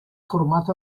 format